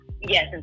Yes